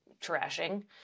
trashing